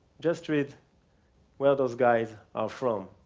just read where those guys are from.